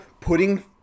putting